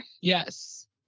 Yes